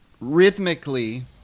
rhythmically